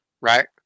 Right